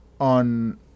On